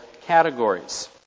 categories